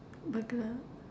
Burglar